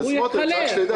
זה סמוטריץ', רק שתדע.